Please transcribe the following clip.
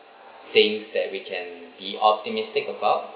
things that we can be optimistic about